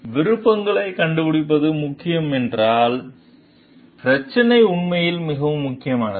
எனவே விருப்பங்களைக் கண்டுபிடிப்பது முக்கியம் என்றால் பிரச்சினை உண்மையில் மிகவும் முக்கியமானது